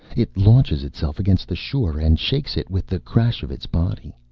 it launches itself against the shore and shakes it with the crash of its body.